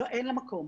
אין לה מקום.